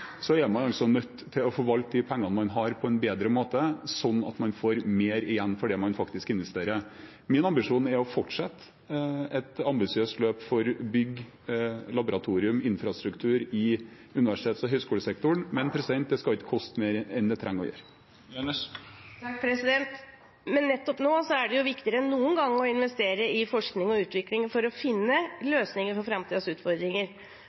altså er nødt til å forvalte de pengene man har, på en bedre måte, sånn at man får mer igjen for det man faktisk investerer. Min ambisjon er å fortsette et ambisiøst løp for bygg, laboratorium og infrastruktur i universitets- og høgskolesektoren, men det skal ikke koste mer enn det trenger å koste. Kari-Anne Jønnes – til oppfølgingsspørsmål. Nettopp nå er det viktigere enn noen gang å investere i forskning og utvikling for å finne løsninger for framtidens utfordringer.